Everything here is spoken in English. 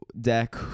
deck